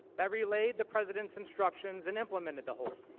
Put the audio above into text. that relate the president's instructions and implemented the whole